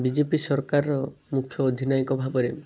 ବି J P ସରକାରର ମୁଖ୍ୟ ଅଧିନାୟକ ଭାବରେ